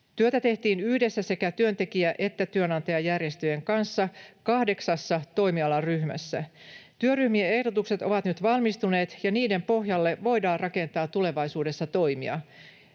Työtä tehtiin yhdessä sekä työntekijä‑ että työnantajajärjestöjen kanssa kahdeksassa toimialaryhmässä. Työryhmien ehdotukset ovat nyt valmistuneet, ja niiden pohjalle voidaan rakentaa tulevaisuudessa toimia.